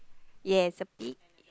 yes a bit